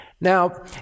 Now